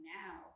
now